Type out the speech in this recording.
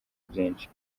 byinshi